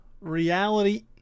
reality